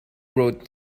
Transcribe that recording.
wrote